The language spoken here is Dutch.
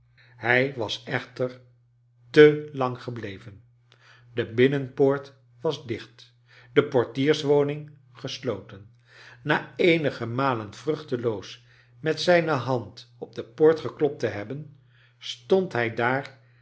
hij was echter te lang gebleven de binnenpoort was dicht de portierswoning gesloten na eenige malen vruchteloos met zijne hand op de poort geklopt te hebben stond hij daar